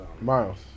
Miles